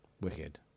Wicked